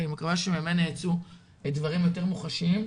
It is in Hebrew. כי אני מקווה שממנה ייצאו דברים יותר מוחשיים.